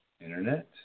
internet